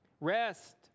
rest